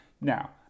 Now